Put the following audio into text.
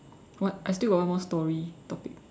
what I still got one more story topic